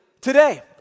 today